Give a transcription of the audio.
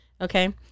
Okay